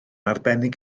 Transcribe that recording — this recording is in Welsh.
arbennig